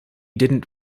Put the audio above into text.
didn’t